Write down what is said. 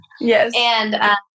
Yes